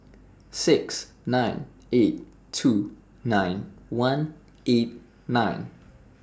six nine eight two nine one eight nine